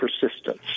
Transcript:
persistence